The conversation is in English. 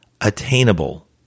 attainable